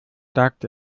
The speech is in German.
sagte